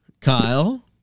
kyle